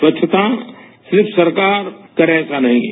स्वच्छता सिर्फ सरकार करें ऐसा नहीं है